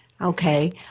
Okay